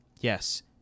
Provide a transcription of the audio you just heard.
Yes